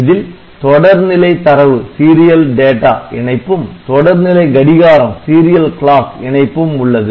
இதில் தொடர்நிலை தரவு இணைப்பும் தொடர்நிலை கடிகாரம் இணைப்பும் உள்ளது